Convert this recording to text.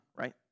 right